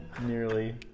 nearly